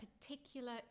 particular